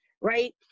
right